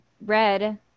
red